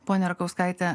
ponia rakauskaitė